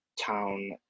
town